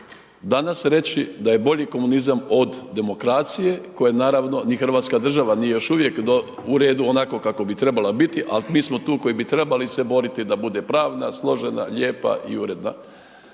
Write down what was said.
danas reći da je bolji komunizam od demokracije, koju naravno ni hrvatska država nije još uvijek u redu onako kako bi trebala biti, al mi smo tu koji bi trebali se boriti da bude pravda složena, lijepa i uredna.